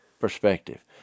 perspective